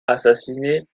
assassiné